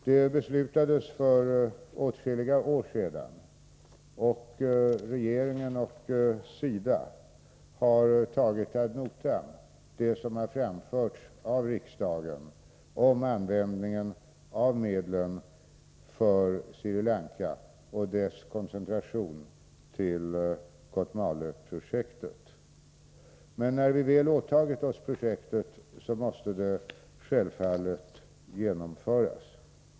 Det beslutades för åtskilliga år sedan, och regeringen och SIDA har tagit ad notam det som framförts av riksdagen om användningen av medlen för Sri Lanka och biståndets koncentration till Kotmale-projektet. Och när vi väl åtagit oss projektet måste det självfallet genomföras.